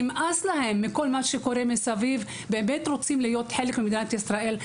נמאס להם מכל מה שקורה מסביב והם רוצים באמת להיות חלק ממדינת ישראל.